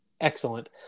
excellent